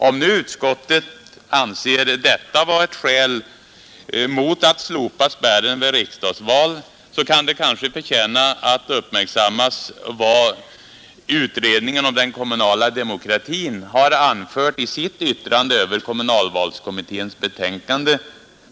Om nu utskottet anser detta vara ett skäl mot att slopa spärren vid riksdagsval, kan det förtjäna att uppmärksammas vad utredningen om den kommunala demokratin anfört i sitt yttrande över kommunalvalskommitténs betänkande.